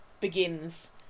begins